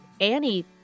Annie